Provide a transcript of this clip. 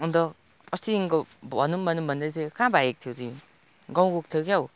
अन्त अस्तिदेखिको भनौ भनौ भन्दै थिएँ कहाँ भागेको थियौ तिमी गाउँ गएको थियौ क्याउ